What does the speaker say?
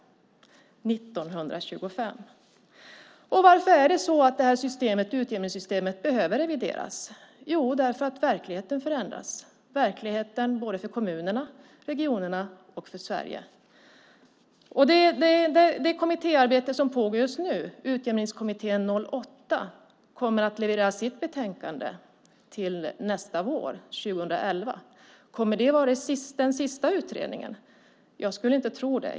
1925! Varför behöver utjämningssystemet revideras? Jo, därför att verkligheten förändras, verkligheten för kommunerna, regionerna och Sverige. Kommittéarbete pågår just nu i Utjämningskommittén.08 som kommer att leverera sitt betänkande till nästa vår, 2011. Kommer det att vara den sista utredningen? Jag skulle inte tro det.